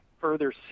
further